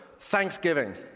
thanksgiving